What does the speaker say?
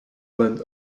blend